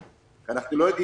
כי אנחנו לא יודעים